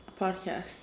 podcast